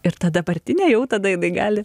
ir ta dabartinę jau tada jinai gali